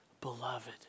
beloved